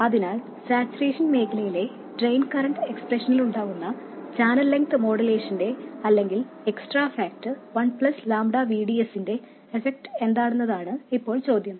അതിനാൽ സാച്ചുറേഷൻ മേഖലയിലെ drain current എക്സ്പ്രഷനിൽ ഉണ്ടാകുന്ന ചാനൽ ലെങ്ത് മോഡുലേഷന്റെ അല്ലെങ്കിൽ extra factor 1 ƛ V D S ന്റെ എഫെക്ട് എന്താണെന്നതാണ് ഇപ്പോൾ ചോദ്യം